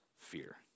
fear